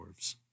Dwarves